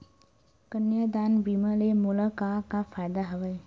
कन्यादान बीमा ले मोला का का फ़ायदा हवय?